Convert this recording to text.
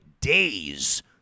days